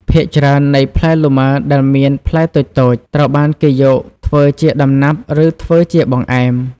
ភាគច្រើននៃផ្លែលម៉ើដែលមានផ្លែតូចៗត្រូវបានគេយកធ្វើជាដំណាប់ ឬធ្វើជាបង្ហែម។